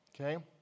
Okay